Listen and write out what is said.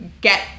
get